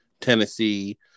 Tennessee